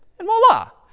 and voila.